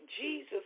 Jesus